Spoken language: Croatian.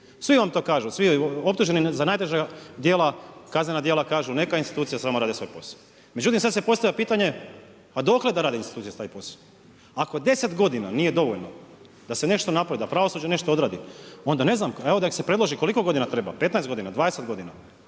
Svi vam to kažu, svi optuženi za najteža djela, kaznena djela kažu „neka institucije samo rade svoj posao“. Međutim sad se postavlja pitanje, a dokle da rade institucije taj posao? Ako 10 godina nije dovoljno, da se nešto napravi, pravosuđe nešto odradi, onda ne znam, evo nek se predloži koliko godina treba? 15 godina, 20 godina?